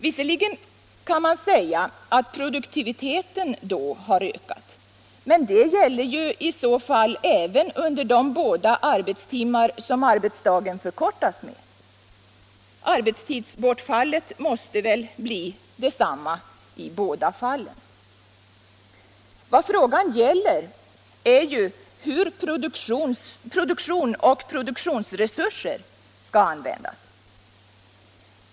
Visserligen kan man hänvisa till att produktiviteten då har ökat — men det gäller ju även under de båda arbetstimmar som arbetsdagen förkortas med. Produktionsbortfallet blir i bägge fallen relativt sett detsamma. Vad frågan gäller är hur produktion och produktionsresurser skall användas.